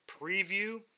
preview